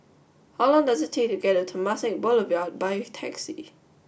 how long does it take to get to Temasek Boulevard by taxi